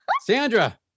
Sandra